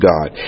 God